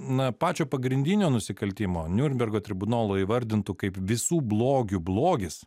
na pačio pagrindinio nusikaltimo niurnbergo tribunolo įvardintų kaip visų blogių blogis